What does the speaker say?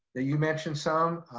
ah you mentioned some,